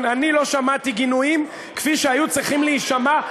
אני לא שמעתי גינויים כפי שהיו צריכים להישמע,